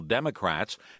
Democrats